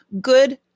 good